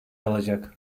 alacak